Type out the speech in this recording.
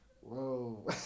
Whoa